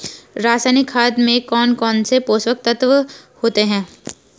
रासायनिक खाद में कौन कौन से पोषक तत्व होते हैं?